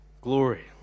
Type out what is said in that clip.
Glory